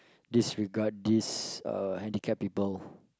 disregard these uh handicap people